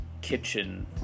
Kitchen